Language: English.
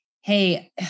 hey